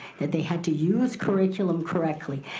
that they had to use curriculum correctly,